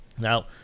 Now